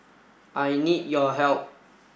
I need your help